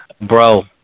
Bro